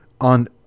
on